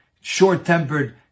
short-tempered